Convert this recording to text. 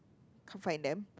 can't find them